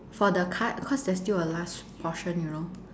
for the card cause there's still a last portion you know